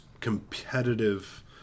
competitive